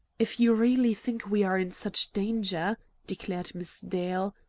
if you really think we are in such danger, declared miss dale,